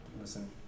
listen